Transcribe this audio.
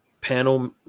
panel